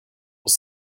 was